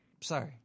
Sorry